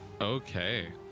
Okay